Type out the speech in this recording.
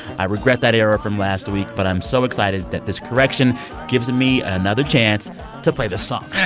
i regret that error from last week. but i'm so excited that this correction gives me another chance to play this song